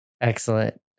Excellent